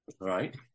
right